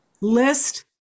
list